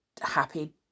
happy